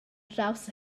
draws